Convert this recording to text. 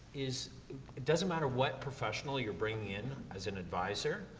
is it doesn't matter what professional you're bringing in as an advisor,